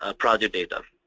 ah project data.